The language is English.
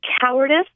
cowardice